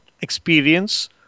experience